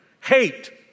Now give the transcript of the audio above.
hate